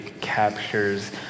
captures